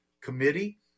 committee